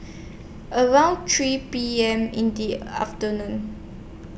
about three P M in The afternoon